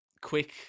quick